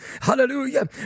hallelujah